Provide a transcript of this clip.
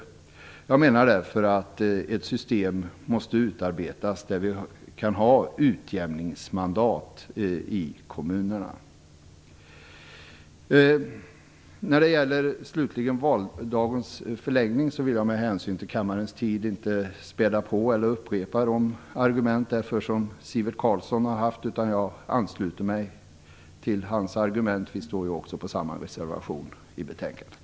Jag menar därför att ett system måste utarbetas så att vi kan ha utjämningsmandat i kommunerna. När det slutligen gäller valdagens förläggning vill jag med hänsyn till kammarens tid inte späda på eller upprepa de argument som Sivert Carlsson har anfört. Jag ansluter mig till hans argument. Vi står också bakom samma reservation i betänkandet.